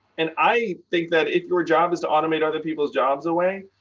and i think that if your job is to automate other people's jobs away,